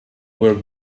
were